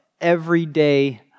everyday